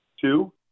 Two